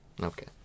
Okay